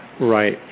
Right